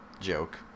joke